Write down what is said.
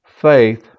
faith